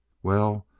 well,